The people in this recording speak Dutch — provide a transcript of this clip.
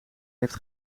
heeft